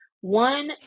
One